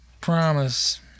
promise